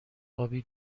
آبی